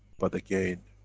but again,